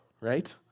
right